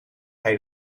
hij